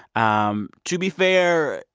um to be fair,